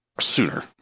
sooner